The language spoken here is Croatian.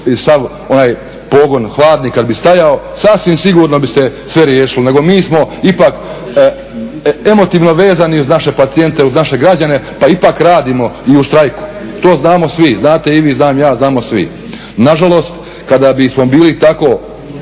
onaj pogon hladni kad bi stajao, sasvim sigurno bi se sve riješilo, nego mi smo ipak emotivno vezani uz naše pacijente, uz naše građane pa ipak radimo i u štrajku, to znamo svi, znate i vi, znam ja, znamo svi. Nažalost, kada bismo bili tako,